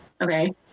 okay